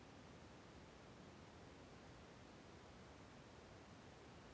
ನಾನು bank account open ಮಾಡಬೇಕಂದ್ರ ಮಾಹಿತಿ ಎಲ್ಲಿ ಕೇಳಬೇಕು?